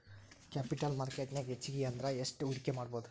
Capital market ನ್ಯಾಗ್ ಹೆಚ್ಗಿ ಅಂದ್ರ ಯೆಸ್ಟ್ ಹೂಡ್ಕಿಮಾಡ್ಬೊದು?